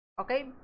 okay